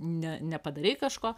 ne nepadarei kažko